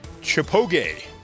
Chipoge